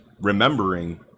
remembering